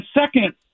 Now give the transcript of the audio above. second